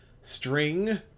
string